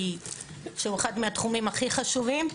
שהוא אחד מהתחומים הכי חשובים.